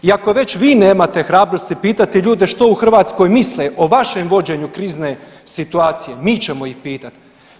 I ako već vi nemate hrabrosti pitati ljude što u Hrvatskoj misle o vašem vođenju krizne situacije, mi ćemo ih pitati.